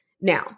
Now